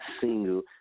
single